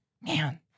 Man